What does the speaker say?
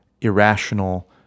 irrational